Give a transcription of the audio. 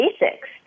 basics